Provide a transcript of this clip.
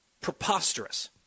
preposterous